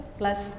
plus